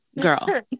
girl